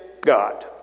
God